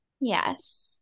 yes